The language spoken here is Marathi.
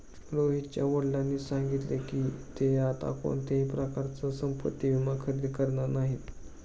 रोहितच्या वडिलांनी सांगितले की, ते आता कोणत्याही प्रकारचा संपत्ति विमा खरेदी करणार नाहीत